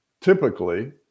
typically